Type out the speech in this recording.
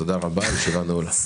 תודה רבה, הישיבה נעולה.